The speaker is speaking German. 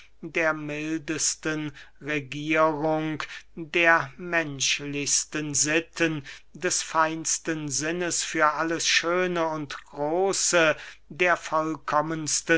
der mildesten regierung der menschlichsten sitten des feinsten sinnes für alles schöne und große der